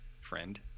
friend